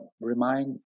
remind